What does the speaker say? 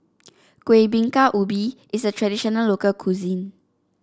Kuih Bingka Ubi is a traditional local cuisine